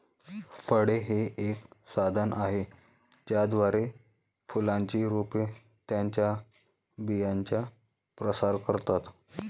फळे हे एक साधन आहे ज्याद्वारे फुलांची रोपे त्यांच्या बियांचा प्रसार करतात